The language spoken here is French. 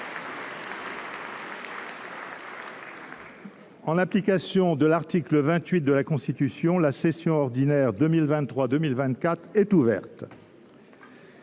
En application de l’article 28 de la Constitution, la session ordinaire de 2023-2024 est ouverte.